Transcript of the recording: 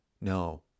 no